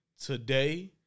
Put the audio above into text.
today